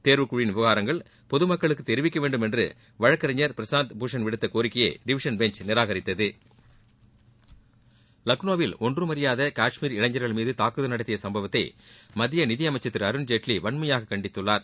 தேர்வுக்குழுவின் விவரங்கள் பொதுமக்களுக்கு தெரிவிக்க வேண்டும் என்று வழக்கறிஞர் பிரசாந்த் பூஷண் விடுத்த கோரிக்கையை டிவிஷன் பெஞ்ச் நிராகரித்தது லக்னோவில் ஒன்றும் அறியாதா காஷ்மீர் இளைஞர்கள் மீது தாக்குதல் நடத்திய சம்பவத்தை மத்திய நிதியமைச்சர் திரு அருண்ஜேட்லி வன்மையாக கண்டித்துள்ளார்